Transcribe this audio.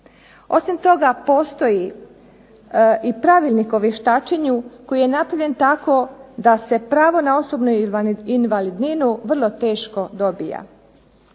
Osim toga postoji i Pravilnik o vještačenju koji je napravljen tako da se pravo na osobnu invalidninu vrlo teško dobija.